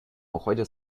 уходит